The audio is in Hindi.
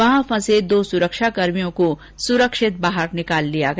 वहां फंसे दो सुरक्षाकर्मियों को सुरक्षित बाहर निकाल लिया गया